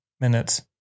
minutes